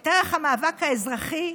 את ערך המאבק האזרחי.